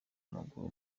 w’amaguru